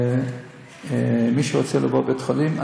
ומי שרוצה לעבור בית-חולים,